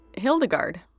Hildegard